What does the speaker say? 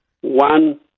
one